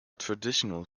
traditional